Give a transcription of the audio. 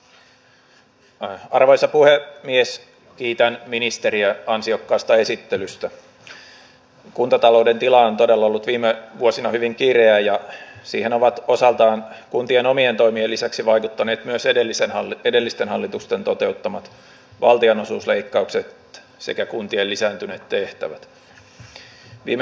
tämä olisi myös siinä mielessä kädenojennus sille alueelle että myös valtio pitää siitä huolen että elinkeinopoliittiset mahdollisuudet pidetään korkealla ja siihen ovat osaltaan kuntien omien toimien lisäksi valtio myös tuo sen auttavan kätensä silloin kun sillä oikeasti on merkitystä